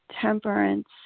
temperance